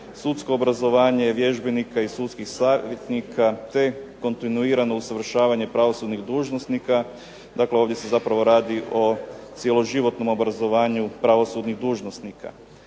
sudsko obrazovanje vježbenika i sudskih savjetnika, te kontinuirano usavršavanje pravosudnih dužnosnika, dakle ovdje se zapravo radi o cjeloživotnom obrazovanju pravosudnih dužnosnika.